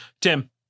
Tim